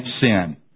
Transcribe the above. sin